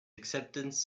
acceptance